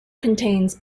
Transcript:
contains